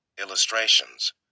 illustrations